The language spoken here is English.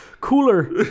cooler